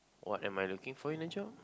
what am I looking for in a job